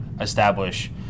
establish